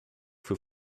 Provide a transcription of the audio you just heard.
für